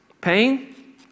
Pain